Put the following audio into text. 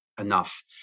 enough